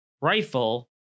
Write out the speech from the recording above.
rifle